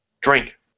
drink